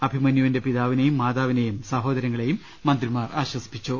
അഭിമന്യൂവിന്റെ പിതാവിനെയും മാതാവിനെയും സഹോദരങ്ങളെയും മന്ത്രിമാർ ആശ്വസിപ്പിച്ചു